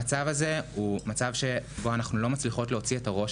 זה מצב בו אנחנו לא מצליחות להוציא את הראש